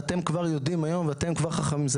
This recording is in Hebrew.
ואתם כר יודעים היום ואתם כבר חכמים.